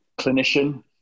clinician